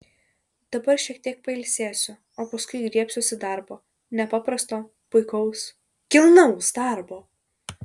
dabar šiek tiek pailsėsiu o paskui griebsiuosi darbo nepaprasto puikaus kilnaus darbo